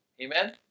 Amen